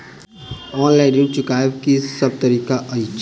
Online ऋण चुकाबै केँ की सब तरीका अछि?